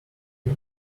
ink